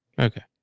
Okay